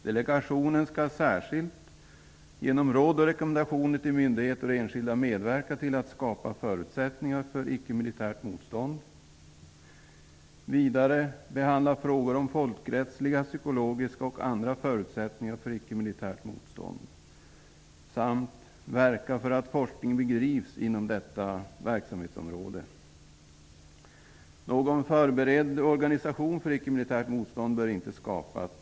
Delegationen skall särskilt med hjälp av råd och rekommendationer till myndigheter och enskilda medverka till att skapa förutsättningar för icke-militärt motstånd. Vidare skall delegationen behandla frågor om folkrättsliga, psykologiska och andra förutsättningar för icke-militärt motstånd samt verka för att forskning bedrivs inom detta verksamhetsområde. Någon förberedd organisation för icke-militärt motstånd bör inte skapas.